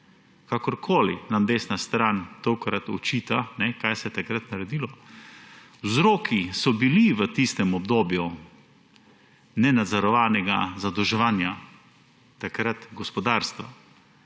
Kakorkoli nam desna stran tokrat očita, kaj se je takrat naredilo, vzroki so bili v tistem obdobju nenadzorovanega zadolževanja gospodarstva